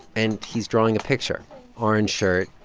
and he's drawing a picture orange shirt,